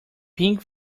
pink